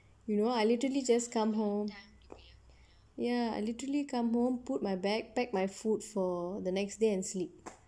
you know I literally just come home ya I literally come home put my back pack my food for the next day and sleep